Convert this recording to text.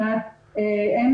אין